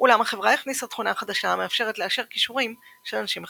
אולם החברה הכניסה תכונה חדשה המאפשרת "לאשר כישורים" של אנשים אחרים.